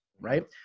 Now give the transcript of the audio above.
Right